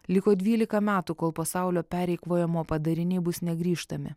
liko dvylika metų kol pasaulio pereikvojimo padariniai bus negrįžtami